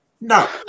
No